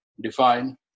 define